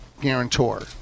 guarantor